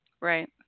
Right